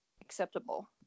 acceptable